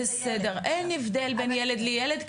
בסדר, אין הבדל בין ילד לילד.